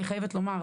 אני חייבת לומר,